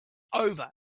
over